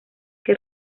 que